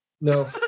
no